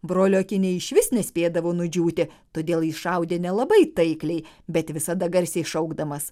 brolio akiniai išvis nespėdavo nudžiūti todėl jis šaudė nelabai taikliai bet visada garsiai šaukdamas